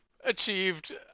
Achieved